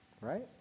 Right